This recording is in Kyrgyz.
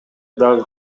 дагы